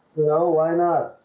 why not?